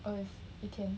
oh it's 一天